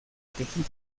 tejido